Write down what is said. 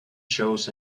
shows